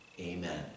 Amen